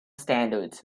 standards